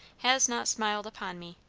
has not smiled upon me.